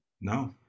No